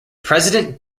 president